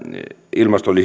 ilmastoon